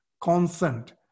consent